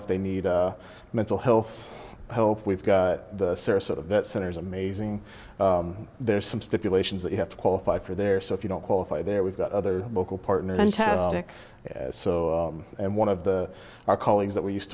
if they need mental health help we've got the sarasota vet centers amazing there's some stipulations that you have to qualify for there so if you don't qualify there we've got other local partners and so and one of the our colleagues that we used